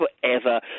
forever